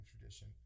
tradition